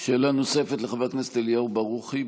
שאלה נוספת לחבר הכנסת ברוכי.